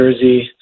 jersey